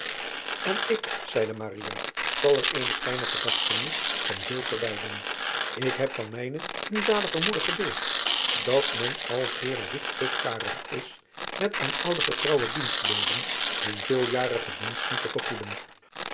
n ik zeide zal er eene kleine gedachtenis van zilver bijdoen k heb van mijne nu zalige moeder geleerd dat men al zeer ligt te karig is met aan oude getrouwe dienstboden hun veeljarige diensten te vergoeden